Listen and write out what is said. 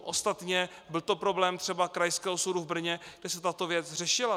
Ostatně byl to problém třeba Krajského soudu v Brně, kde se tato věc řešila.